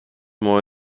more